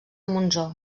monsó